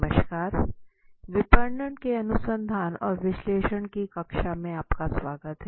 नमस्कार विपणन के अनुसंधान और विश्लेषण की कक्षा में आपका स्वागत है